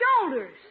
shoulders